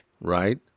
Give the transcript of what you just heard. Right